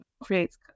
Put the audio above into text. creates